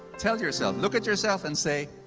tell yourself, look at yourself and say,